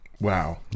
Wow